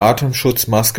atemschutzmaske